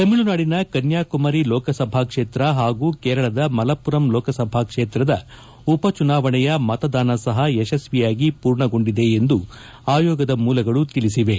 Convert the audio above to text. ತಮಿಳುನಾಡಿನ ಕನ್ನಾಕುಮಾರಿ ಲೋಕಸಭಾ ಕ್ಷೇತ್ರ ಹಾಗೂ ಕೇರಳದ ಮಲಪುರಂ ಲೋಕಸಭಾ ಕ್ಷೇತ್ರದ ಉಪಚುನಾವಣೆಯ ಮತದಾನ ಸಹ ಯಶಸ್ವಿಯಾಗಿ ಪೂರ್ಣಗೊಂಡಿದೆ ಎಂದು ಆಯೋಗದ ಮೂಲಗಳು ತಿಳಿಸಿವೆ